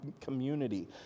community